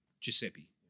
Giuseppe